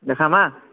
দেখাম হা